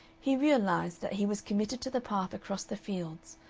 he realized that he was committed to the path across the fields,